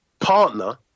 partner